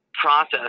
process